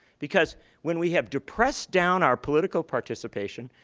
because when we have depressed down our political participation,